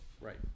Right